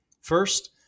First